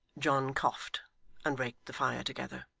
john coughed and raked the fire together.